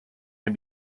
can